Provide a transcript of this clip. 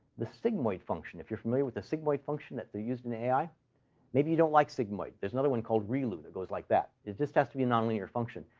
the sigmoid function if you're familiar with the sigmoid function that they use in ai maybe you don't like sigmoid. there's another one called relu that goes like that. it just has to be a nonlinear function.